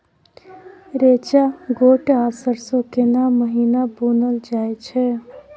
रेचा, गोट आ सरसो केना महिना बुनल जाय छै?